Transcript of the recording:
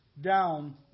down